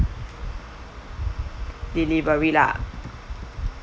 delivery lah